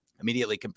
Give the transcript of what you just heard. immediately